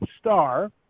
star